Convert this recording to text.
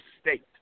state